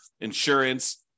insurance